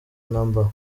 namba